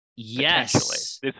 Yes